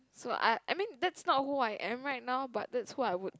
so I I mean that's not who I am right now but that's who I would